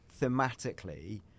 thematically